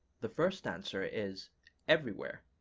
the first answer is everywhere,